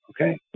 Okay